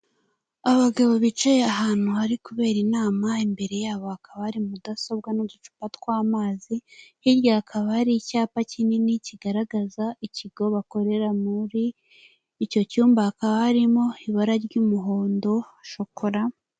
Abagabo bicaye ahantu hari kubera inama, imbere yabo hakaba hari mudasobwa n'uducupa tw'amazi, hirya hakaba hari icyapa kinini kigaragaza ikigo bakorera muri icyo cyumba hakaba harimo ibara ry'umuhondo, shokora.